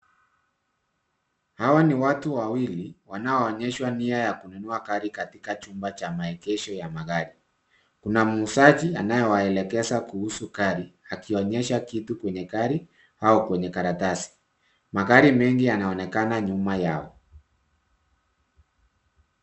Hawa ni watu wawili wanaoonyeshwa nia ya kunua gari katika chumba cha maegesho ya magari. Kuna muuzaji anayewaelekeza kuhusu gari akionyesha kitu kwenye gari au kwenye karatasi. Magari mengi yanaonekana nyuma yao.